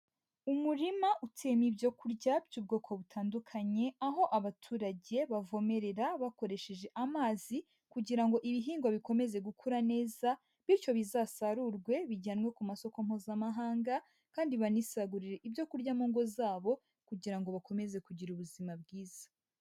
Umurima uteyemo ibyo kurya by'ubwoko butandukanye, aho abaturage bavomerera bakoresheje amazi kugira ngo ibihingwa bikomeze gukura neza bityo bizasarurwe, bijyanwe ku masoko mpuzamahanga, kandi banisagurire ibyo kurya mu ngo zabo, kugira ngo bakomeze kugira ubuzima bwiza.